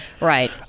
right